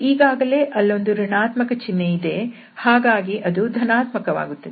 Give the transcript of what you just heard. ಈಗಾಗಲೇ ಅಲ್ಲೊಂದು ಋಣಾತ್ಮಕ ಚಿನ್ಹೆ ಇದೆ ಹಾಗಾಗಿ ಅದು ಧನಾತ್ಮಕವಾಗುತ್ತದೆ